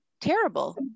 terrible